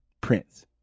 Prince